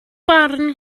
barn